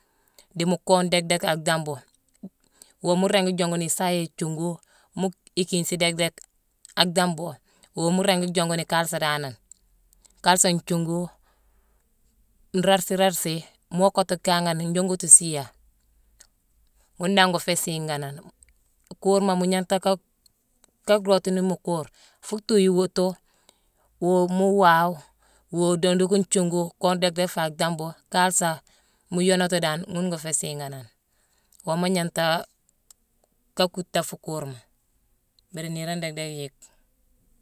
Dii mu koone déck-déck akdambu. Woo mu ringi jonguni isaayé ithiuugu mu ikiinsi déck-déck akdambu. Woo mu ringi jonguni kaalesé danane; kaalesé nthiuugu, nrarsi-rarsi. Moo kottu kan njongutu siiya. ghune dan ngoo féé siiganane. Kuuma, mu gnanghta ka-ka rootuni mu kuur. Fuu thuu iwuutu, woo muu waawe, woo dondugu nthuiuugu koone déck-déck fa dambu, kaalesa mu yoonati dan ghune ngoo féé siinganane. Woomma gnanghtaa ka kuutté fuu kuurma. mbiri niirane déck-déck iyick.